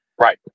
Right